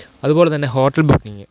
അതുപോലെതന്നെ hotel booking